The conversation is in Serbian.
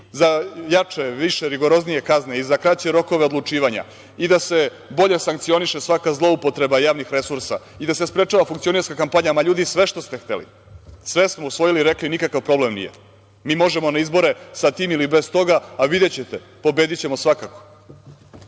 za jače, više, rigoroznije kazne i za kraće rokove odlučivanja i da se bolje sankcioniše svaka zloupotreba javnih resursa i da se sprečava funkcionisanje kampanjama, ma ljudi sve što ste hteli. Sve smo usvojili i rekli nikakav problem nije. Mi možemo na izbore sa tim ili bez toga, ali videćete pobedićemo svakako. Tada